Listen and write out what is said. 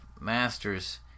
Masters